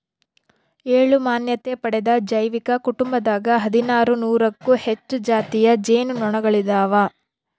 ಏಳು ಮಾನ್ಯತೆ ಪಡೆದ ಜೈವಿಕ ಕುಟುಂಬದಾಗ ಹದಿನಾರು ನೂರಕ್ಕೂ ಹೆಚ್ಚು ಜಾತಿಯ ಜೇನು ನೊಣಗಳಿದಾವ